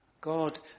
God